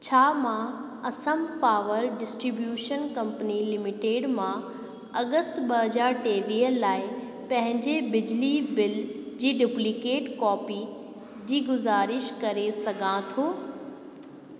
छा मां Assam power distribution company limited मां अगस्त ॿ हज़ार टेवीह लाइ पंहिंजे बिजली बिल जी डुप्लीकेट कॉपी जी गुज़ारिश करे सघां थो